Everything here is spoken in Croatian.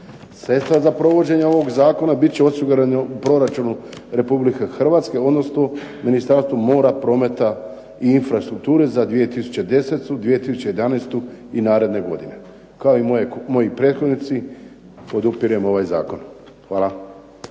Sve to za provođenje ovog zakona bit će osigurano u proračunu Republike Hrvatske, odnosno Ministarstvu mora, promete i infrastrukture za 2010., 2011. i naredne godine. Kao i moje prethodnici, podupirem ovaj zakon. Hvala.